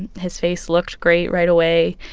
and his face looked great right away.